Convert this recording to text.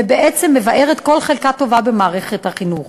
ובעצם מבערת כל חלקה טובה במערכת החינוך.